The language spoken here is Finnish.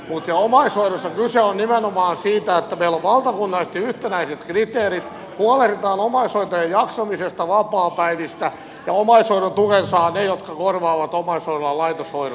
mutta omaishoidossa kyse on nimenomaan siitä että meillä on valtakunnallisesti yhtenäiset kriteerit huolehditaan omaishoitajien jaksamisesta vapaapäivistä ja omaishoidon tuen saavat ne jotka korvaavat omaishoidolla laitoshoidon